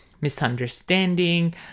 misunderstanding